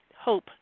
Hope